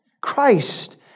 Christ